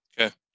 Okay